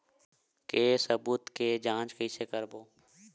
के सबूत के जांच कइसे करबो?